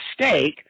mistake